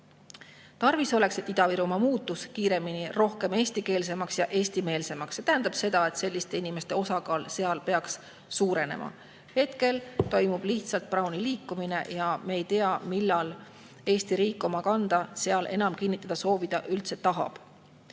Tarvis oleks, et Ida-Virumaa muutuks kiiremini rohkem eestikeelsemaks ja Eesti‑meelsemaks. See tähendab seda, et selliste inimeste osakaal peaks seal suurenema. Hetkel toimub lihtsalt Browni liikumine ja me ei tea, millal Eesti riik seal enam üldse kanda kinnitada tahab.